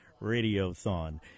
Radiothon